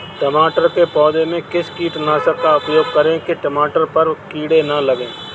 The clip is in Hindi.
टमाटर के पौधे में किस कीटनाशक का उपयोग करें कि टमाटर पर कीड़े न लगें?